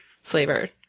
Flavored